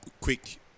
Quick